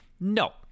No